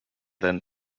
then